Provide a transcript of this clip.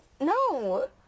no